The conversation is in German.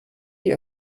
die